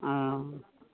ओ